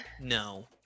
no